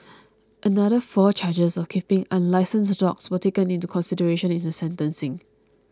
another four charges of keeping unlicensed dogs were taken into consideration in her sentencing